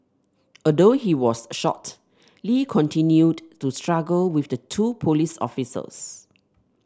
although he was shot Lee continued to struggle with the two police officers